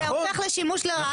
זה הופך לשימוש לרעה.